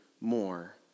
more